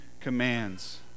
commands